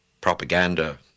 propaganda